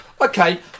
okay